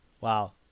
wow